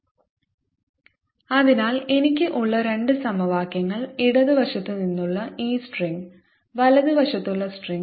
1≅tan 1yI∂x 2≅tan 2 yT∂x Net forceTyT∂x yI∂xT 1v2yT∂t1v1yT∂t അതിനാൽ എനിക്ക് ഉള്ള രണ്ട് സമവാക്യങ്ങൾ ഇടത് വശത്ത് നിന്നുള്ള ഈ സ്ട്രിംഗ് വലതുവശത്തുള്ള സ്ട്രിംഗ്